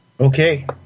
Okay